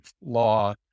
law